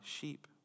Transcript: sheep